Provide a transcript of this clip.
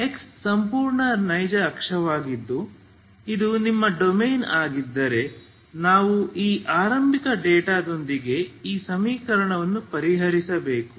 x ಸಂಪೂರ್ಣ ನೈಜ ಅಕ್ಷವಾಗಿದ್ದು ಇದು ನಿಮ್ಮ ಡೊಮೇನ್ ಆಗಿದ್ದರೆ ನಾವು ಈ ಆರಂಭಿಕ ಡೇಟಾದೊಂದಿಗೆ ಈ ಸಮೀಕರಣವನ್ನು ಪರಿಹರಿಸಬೇಕು